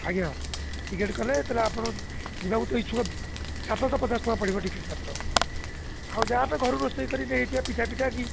ଆଜ୍ଞା ଟିକେଟ୍ କଲେ ସେତେବେଲେ ଆପଣ ଯିବାକୁ ତ ଇଛୁକ ସାତଶହ ପଚାଶ ଟଙ୍କା ପଡ଼ିବ ଟିକେଟ୍ ମାତ୍ର ଆଉ ଯାହା ତ ଘରୁ ରୋଷେଇ କରିିକି ନେଇଥିବା ପିଠା ପିଠା କି